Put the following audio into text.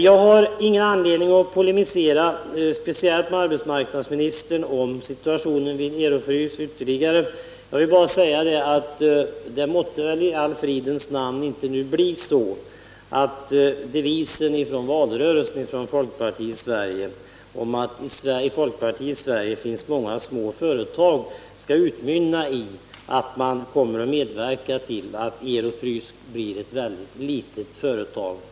Jag har ingen anledning att ytterligare polemisera mot arbetsmarknadsministern när det gäller situationen vid Ero-Frys, men vill tillägga att måtte det i all fridens namn inte bli så, att devisen från valrörelsen — att i folkpartiets Sverige finns många små företag — kommer att medföra att man medverkar till att Ero-Frys blir ett mycket litet företag.